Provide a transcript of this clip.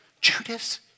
Judas